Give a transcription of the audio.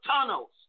tunnels